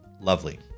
Lovely